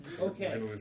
Okay